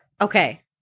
Okay